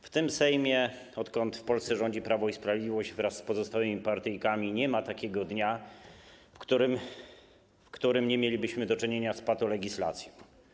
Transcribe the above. W tym Sejmie, odkąd w Polsce rządzi Prawo i Sprawiedliwość wraz z pozostałymi partyjkami, nie ma takiego dnia, w którym nie mielibyśmy do czynienia z patolegislacją.